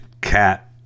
cat